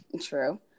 true